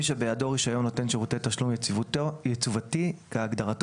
שבידו רישיון נותן שירותי תשלום יציבותי כהגדרתו